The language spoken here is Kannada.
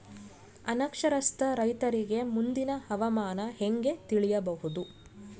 ಅನಕ್ಷರಸ್ಥ ರೈತರಿಗೆ ಮುಂದಿನ ಹವಾಮಾನ ಹೆಂಗೆ ತಿಳಿಯಬಹುದು?